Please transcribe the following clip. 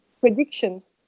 predictions